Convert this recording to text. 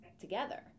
together